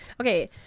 Okay